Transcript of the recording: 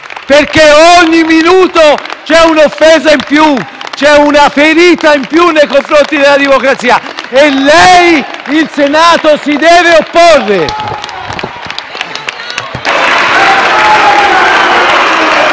Ogni minuto c'è un'offesa in più, c'è una ferita in più nei confronti della democrazia. Lei e il Senato vi dovete opporre!